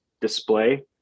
display